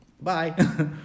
Bye